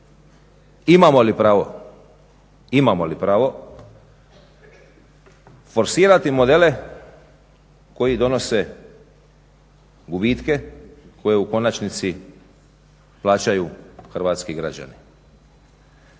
Imamo li pravo forsirati modele koji donose gubitke koje u konačnici plaćaju hrvatski građani?